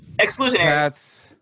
exclusionary